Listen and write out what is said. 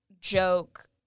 joke